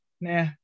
nah